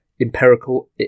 Empirical